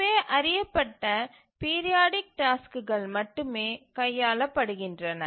முன்பே அறியப்பட்ட பீரியாடிக் டாஸ்க்குகள் மட்டுமே கையாளப்படுகின்றன